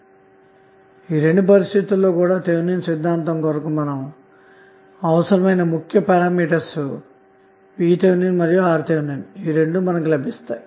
కాబట్టిఈ రెండు పరిస్థితులలో థెవినిన్ సిద్ధాంతం కొరకు అవసరమైన ముఖ్య పారామితులుVTh మరియు RThలభిస్తాయి